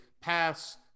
pass